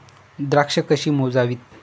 द्राक्षे कशी मोजावीत?